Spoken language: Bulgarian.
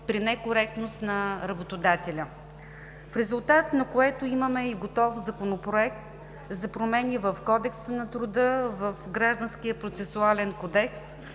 при некоректност на работодателя, в резултат на което имаме и готов Законопроект за промени в Кодекса на труда, в Гражданския процесуален кодекс,